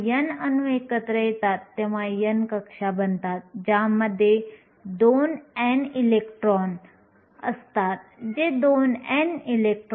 आपण आणखी एक संकल्पना पाहिली ज्याला फर्मी कार्य म्हणतात हे f द्वारे दर्शविले जाते